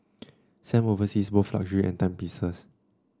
Sam oversees both luxury and timepieces